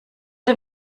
dem